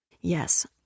Yes